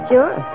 Sure